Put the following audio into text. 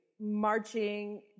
marching